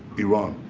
iran.